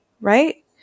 right